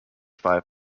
five